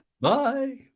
Bye